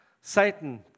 Satan